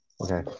Okay